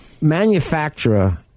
manufacturer